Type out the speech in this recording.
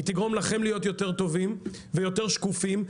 היא תגרום לכם להיות יותר טובים ויותר שקופים.